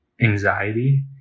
anxiety